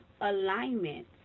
alignment